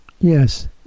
Yes